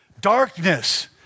darkness